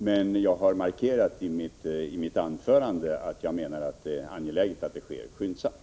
Men jag har markerat i mitt anförande att jag menar att det är angeläget att det sker skyndsamt.